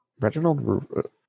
Reginald